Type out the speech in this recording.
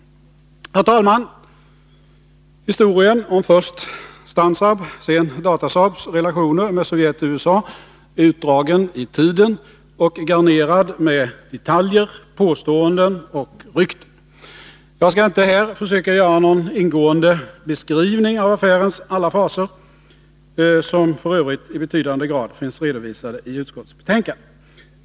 Herr talman! Historien om först Stansaabs, sedan Datasaabs relationer med Sovjet och USA är utdragen i tiden och garnerad med detaljer, påståenden och rykten. Jag skall inte här försöka göra någon ingående beskrivning av affärens alla faser, som f. ö. i betydande grad finns redovisade i utskottets betänkande.